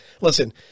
listen